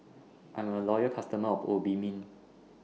I'm A Loyal customer of Obimin